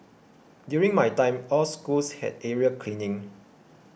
during my time all schools had area cleaning